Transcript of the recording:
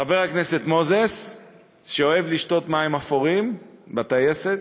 חבר הכנסת מוזס שאוהב לשתות מים אפורים בטייסת,